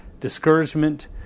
discouragement